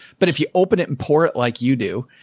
but if you open it and pour it, like you do,